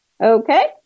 Okay